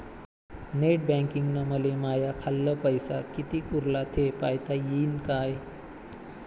Net बँकिंगनं मले माह्या खाल्ल पैसा कितीक उरला थे पायता यीन काय?